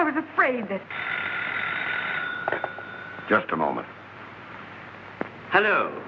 i was afraid this just a moment hello